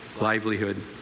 livelihood